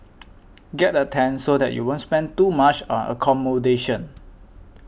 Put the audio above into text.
get a tent so that you won't spend too much on accommodation